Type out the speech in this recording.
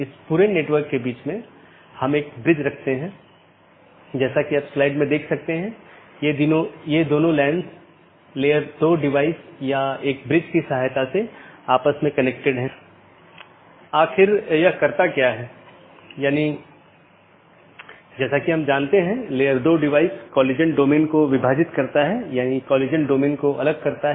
जब भी सहकर्मियों के बीच किसी विशेष समय अवधि के भीतर मेसेज प्राप्त नहीं होता है तो यह सोचता है कि सहकर्मी BGP डिवाइस जवाब नहीं दे रहा है और यह एक त्रुटि सूचना है या एक त्रुटि वाली स्थिति उत्पन्न होती है और यह सूचना सबको भेजी जाती है